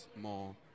more